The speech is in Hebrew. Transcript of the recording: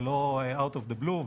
ולא Out of the Blue.